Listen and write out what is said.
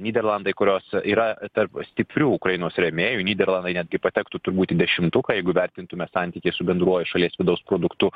nyderlandai kurios yra tarp stiprių ukrainos rėmėjų nyderlandai netgi patektų turbūt į dešimtuką jeigu vertintume santykį su bendruoju šalies vidaus produktu